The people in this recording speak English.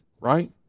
right